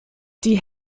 die